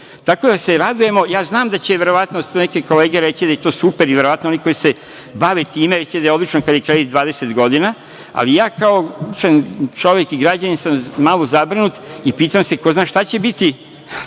da, radujemo se, znam da će, verovatno, tu neke kolege reći da je to super, i verovatno oni koji se bave tim reći da je odlično kada je kredit 20 godine, ali ja kao običan čovek i građanin sam malo zabrinut i pitam se ko zna šta će biti